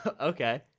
Okay